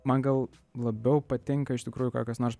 man gal labiau patinka iš tikrųjų kokios nors